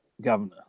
governor